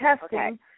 testing